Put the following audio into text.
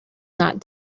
not